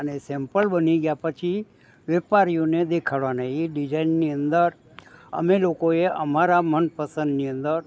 અને સેમ્પલ બની ગયા પછી વેપારીઓને દેખાડવાના એ ડિઝાઇનની અંદર અમે લોકોએ અમારા મનપસંદની અંદર